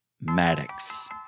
Maddox